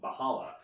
Bahala